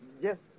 yes